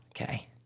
Okay